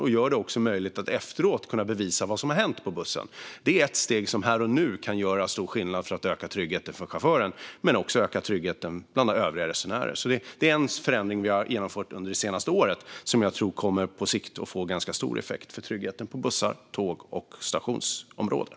De gör det också möjligt att efteråt bevisa vad som har hänt på bussen. Det är ett steg som här och nu kan göra stor skillnad när det gäller att öka tryggheten för chauffören och resenärerna. Det är en förändring vi har genomfört under det senaste året som jag tror på sikt kommer att få ganska stor effekt när det gäller tryggheten på bussar, tåg och stationsområden.